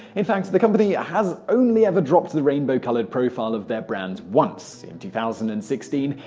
in fact, the company has only ever dropped the rainbow colored profile of their brand once, in two thousand and sixteen,